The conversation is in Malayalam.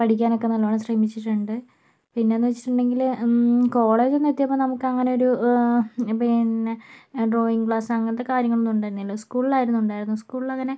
പഠിക്കാനോക്കെ നല്ലവണം ശ്രമിച്ചിട്ടുണ്ട് പിന്നെന്ന് വെച്ചിട്ടുണ്ടെങ്കില് കോളേജൊന്നും എത്തിയപ്പോൾ നമുക്കങ്ങനെ ഒരു പിന്നെ ഡ്രോയിംഗ് ക്ലാസ് അങ്ങനത്തെ കാര്യങ്ങൾ ഒന്നു ഉണ്ടായിരുന്നില്ല സ്കൂളിലായിരിന്നു ഉണ്ടായിരുന്നത് സ്കൂളിലങ്ങനെ